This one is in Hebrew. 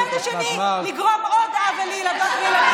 ומצד שני לגרום עוד עוול לילדות וילדים